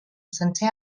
sencer